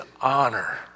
honor